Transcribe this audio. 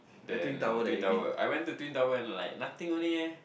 than twin tower I went to twin tower and like nothing only eh